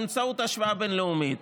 באמצעות השוואה בין-לאומית,